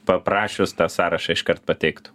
paprašius tą sąrašą iškart pateiktų